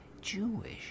Jewish